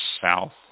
south